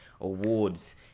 awards